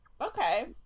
okay